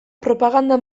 propaganda